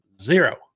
Zero